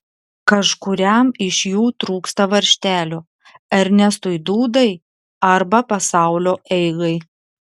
kažkuriam iš jų trūksta varžtelio ernestui dūdai arba pasaulio eigai